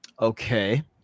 Okay